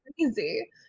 crazy